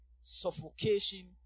suffocation